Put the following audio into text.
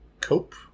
Cope